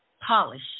polish